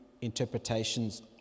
interpretations